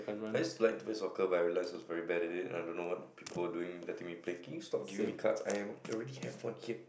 I just like to play soccer but I realise I was very bad at it and I don't know what people doing letting me play can you please stop giving me cards I am I already have one here